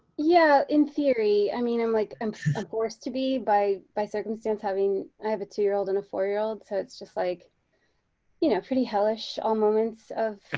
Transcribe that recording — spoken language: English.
yeah in theory. i mean i'm like i'm ah supposed to be by by circumstance having i have a two-year-old and a four-year-old so it's just like you know pretty hellish all moments